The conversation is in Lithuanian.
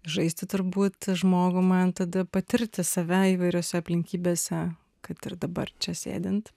žaisti turbūt žmogų man tada patirti save įvairiose aplinkybėse kad ir dabar čia sėdint